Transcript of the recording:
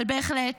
אבל בהחלט,